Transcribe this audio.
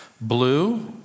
Blue